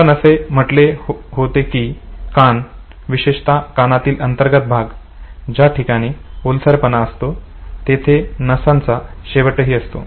आपण असे म्हटले होते की कान विशेषतः कानातील अंतर्गत भाग ज्या ठिकाणी ओलसरपणा असतो तेथे नसांचा शेवटही असतो